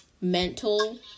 mental